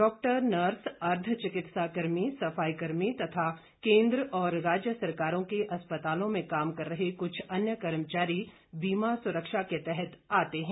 doctor nurse अर्ध चिकित्सा कर्मी सफाई कर्मी तथा केन्द्र और राज्य सरकारों के अस्पतालों में काम कर रहे कुछ अन्य कर्मचारी बीमा सुरक्षा के तहत आते हैं